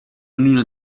ognuna